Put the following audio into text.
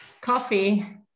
Coffee